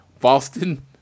Boston